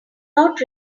not